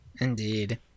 Indeed